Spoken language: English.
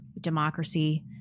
democracy